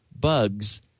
bugs